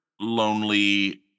lonely